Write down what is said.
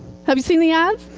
have you seen the ads?